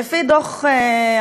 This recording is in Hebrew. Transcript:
לפי דוח הממ"מ,